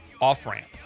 off-ramp